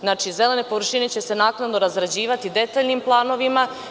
Znači, zelene površine će se naknadno razrađivati detaljnim planovima.